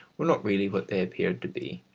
were not really what they appeared to be.